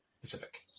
Pacific